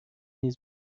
نیز